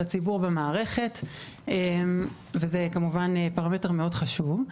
הציבור במערכת וזה כמובן פרמטר מאוד חשוב.